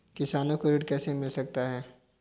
किसानों को ऋण कैसे मिल सकता है?